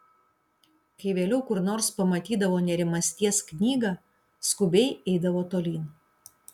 kai vėliau kur nors pamatydavo nerimasties knygą skubiai eidavo tolyn